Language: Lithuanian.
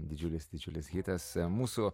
didžiulis didžiulis hitas mūsų